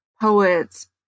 poets